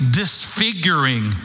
disfiguring